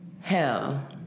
Hell